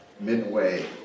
midway